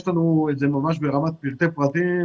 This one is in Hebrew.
יש לנו את זה ממש ברמת פרטי פרטים,